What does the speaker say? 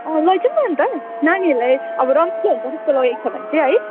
अँ लैजाऔँ न अन्त नानीहरूलाई अब रमाइलो त्यस्तो लगेको छ भने चाहिँ है